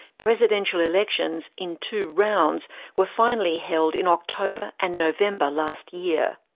presidential elections in two rounds were finally held in october and november last year.